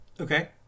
okay